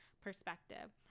perspective